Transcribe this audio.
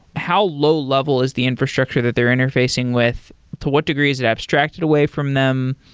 how low level is the infrastructure that they're interfacing with? to what degree is it abstracted away from them?